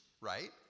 right